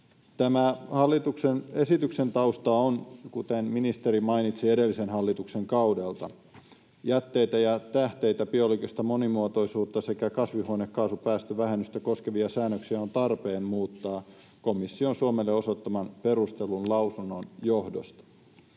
Tämä hallituksen esityksen tausta on, kuten ministeri mainitsi, edellisen hallituksen kaudelta. Jätteitä ja tähteitä, biologista monimuotoisuutta sekä kasvihuonekaasupäästövähennystä koskevia säännöksiä on tarpeen muuttaa komission Suomelle osoittaman perustellun lausunnon johdosta.